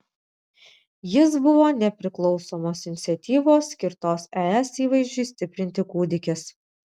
jis buvo nepriklausomos iniciatyvos skirtos es įvaizdžiui stiprinti kūdikis